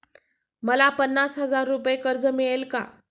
मला पन्नास हजार रुपये कर्ज मिळेल का?